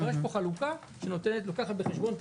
זאת אומרת יש פה חלוקה שלוקחת בחשבון את